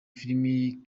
film